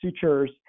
sutures